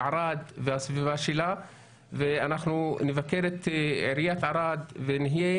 בערד והסביבה שלה ואנחנו נבקר את עיריית ערד ונהיה